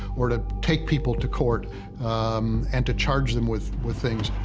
or to take people to court and to charge them with, with things.